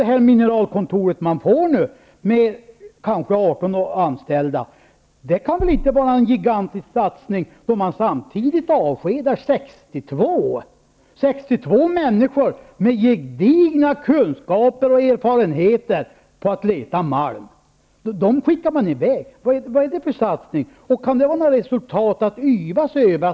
Det mineralkontor man nu får med kanske 18 anställda kan väl inte vara en gigantisk satsning om man samtidigt avskedar 62 människor med gedigna kunskaper och erfarenheter av att leta malm. De skickar man i väg. Vad är det för en satsning? Kan det vara ett resultat att yvas över?